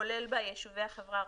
כולל ביישובי החברה הערבית,